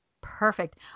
Perfect